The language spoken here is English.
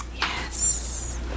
Yes